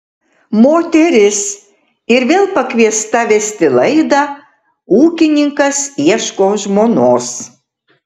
moteris ir vėl pakviesta vesti laidą ūkininkas ieško žmonos